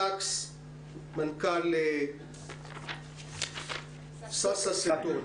לקס מנכ"ל סאסא סטון,